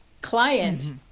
client